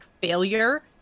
failure